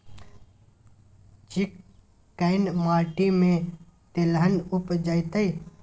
चिक्कैन माटी में तेलहन उपजतै?